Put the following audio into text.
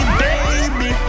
baby